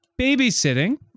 Babysitting